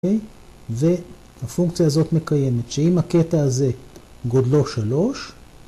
והפונקציה הזאת מקיימת שאם הקטע הזה גודלו שלוש.